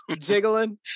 jiggling